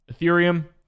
Ethereum